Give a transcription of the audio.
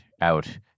out